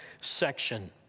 section